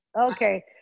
Okay